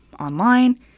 online